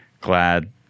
glad